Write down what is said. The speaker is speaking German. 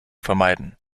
vermeiden